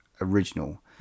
original